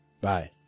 Bye